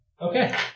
Okay